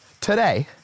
today